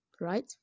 Right